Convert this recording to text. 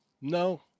No